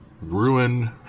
ruin